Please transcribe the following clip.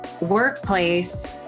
workplace